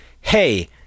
hey